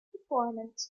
performance